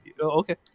Okay